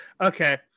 Okay